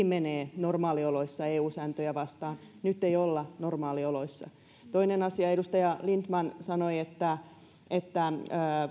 menee normaalioloissa eu sääntöjä vastaan nyt ei olla normaalioloissa toinen asia edustaja lindtman sanoi että että